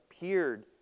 appeared